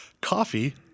Coffee